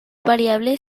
variable